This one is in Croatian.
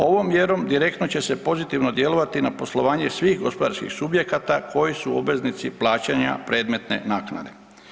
Ovom mjerom direktno će se pozitivno djelovati na poslovanje svih gospodarskih subjekata koji su obveznici plaćanja predmetne naknade.